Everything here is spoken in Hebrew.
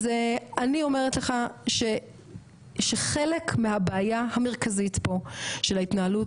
אז אני אומרת לך שחלק מהבעיה המרכזית פה של ההתנהלות,